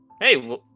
Hey